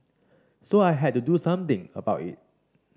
so I had to do something about it